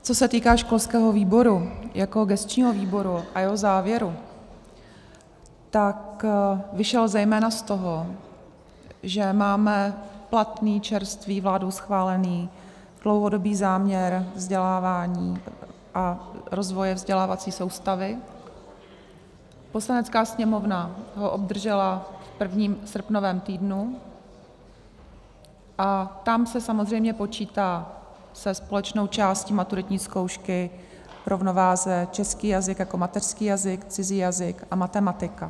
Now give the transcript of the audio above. Co se týká školského výboru jako gesčního výboru a jeho závěru, tak vyšel zejména z toho, že máme platný, čerstvý, vládou schválený dlouhodobý záměr vzdělávání a rozvoje vzdělávací soustavy, Poslanecká sněmovna ho obdržela v prvním srpnovém týdnu, a tam se samozřejmě počítá se společnou částí maturitní zkoušky v rovnováze český jazyk jako mateřský jazyk, cizí jazyk a matematika.